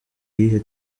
iyihe